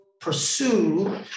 pursue